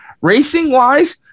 racing-wise